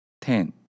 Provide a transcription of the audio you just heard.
ten